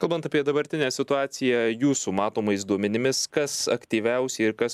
kalbant apie dabartinę situaciją jūsų matomais duomenimis kas aktyviausiai ir kas